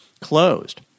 closed